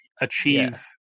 achieve